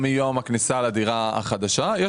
או מיום הכניסה לדירה החדשה,